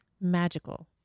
magical